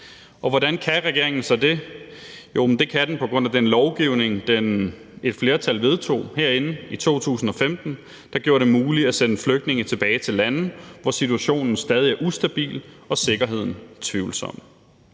hvordan kan regeringen så det? Jo, men det kan den på grund af den lovgivning, som et flertal herinde vedtog i 2015, der gjorde det muligt at sende flygtninge tilbage til lande, hvor situationen stadig er ustabil og sikkerheden tvivlsom.